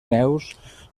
neus